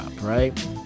right